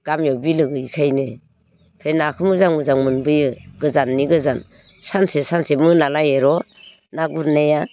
गामियाव बिलो गोयैखायनो नाखौ मोजां मोजां मोनबोयो गोजाननि गोजान सानसे सानसे मोनालायो र' ना गुरनाया